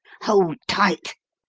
hold tight!